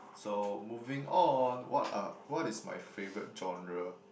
so moving on what are what is my favourite genre